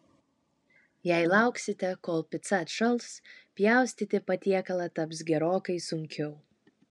jei lauksite kol pica atšals pjaustyti patiekalą taps gerokai sunkiau